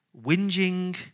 whinging